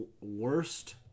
worst